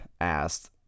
asked